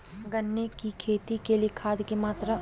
गन्ने की खेती के लिए खाद की मात्रा?